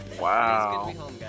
Wow